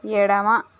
ఎడమ